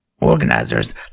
Organizers